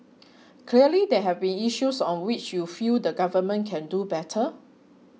clearly there have been issues on which you feel the Government can do better